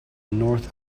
north